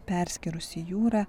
perskyrusi jūrą